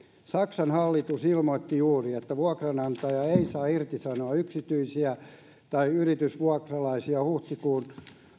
saksan hallitus ilmoitti juuri että vuokranantaja ei saa irtisanoa yksityisiä tai yritysvuokralaisia huhtikuun